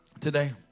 Today